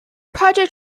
project